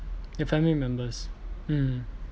your family members mm